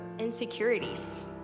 insecurities